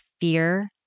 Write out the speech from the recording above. fear